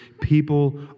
people